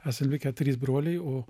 esam likę trys broliai o